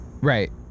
Right